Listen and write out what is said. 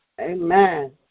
Amen